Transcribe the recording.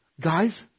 guys